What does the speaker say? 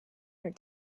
her